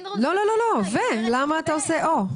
לא, למה או?